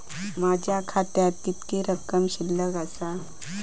माझ्या खात्यात किती रक्कम शिल्लक आसा?